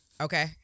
Okay